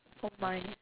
oh my